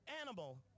animal